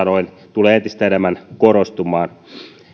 tulee entistä enemmän korostumaan